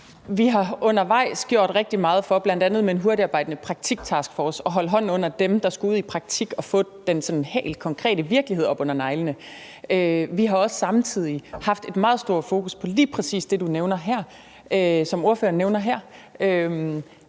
Vi har undervejs gjort rigtig meget for bl.a. med en hurtigtarbejdende praktiktaskforce at holde hånden under dem, der skulle ud i praktik og få den sådan helt konkrete virkelighed op under neglene. Vi har også samtidig haft et meget stort fokus på lige præcis det, som ordføreren nævner her,